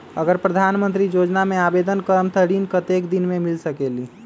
अगर प्रधानमंत्री योजना में आवेदन करम त ऋण कतेक दिन मे मिल सकेली?